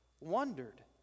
wondered